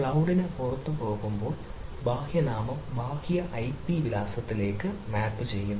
ക്ലൌഡിന് പുറത്ത് പോകുമ്പോൾ ബാഹ്യ നാമം ബാഹ്യ ഐപി വിലാസത്തിലേക്ക് മാപ്പുചെയ്യുന്നു